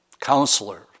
Counselor